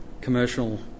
commercial